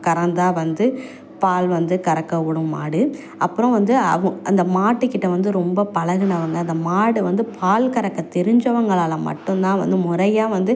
கறந்தால் வந்து பால் வந்து கறக்க விடும் மாடு அப்புறம் வந்து அவும் அந்த மாட்டுகிட்ட வந்து ரொம்ப பழகுனவங்க அந்த மாடு வந்து பால் கறக்க தெருஞ்சவங்களால் மட்டும் தான் வந்து முறையா வந்து